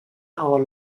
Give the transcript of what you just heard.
our